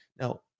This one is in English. Now